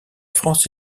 france